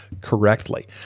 correctly